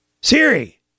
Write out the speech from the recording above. Siri